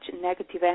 negative